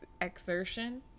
exertion